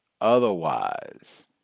otherwise